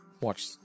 Watch